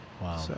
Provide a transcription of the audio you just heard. Wow